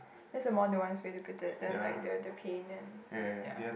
that's a more nuance way to put it than like the the pain and ya